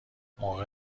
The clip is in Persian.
موقع